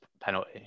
penalty